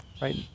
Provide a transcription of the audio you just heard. right